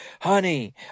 Honey